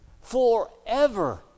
forever